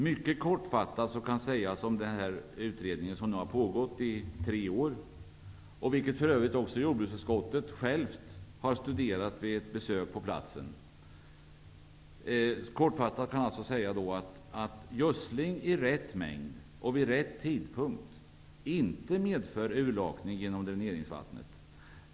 Mycket kortfattat kan man om utredningen som har pågått under tre år -- jordbruksutskottet har självt studerat den vid ett besök på platsen -- säga att gödsling i rätt mängd och vid rätt tidpunkt inte medför urlakning genom dräneringsvattnet.